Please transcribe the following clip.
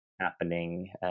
happening